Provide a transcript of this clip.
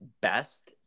best